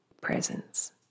presence